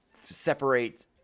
separate